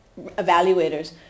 evaluators